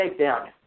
takedown